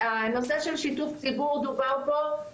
הנושא של שיתוף ציבור דובר פה,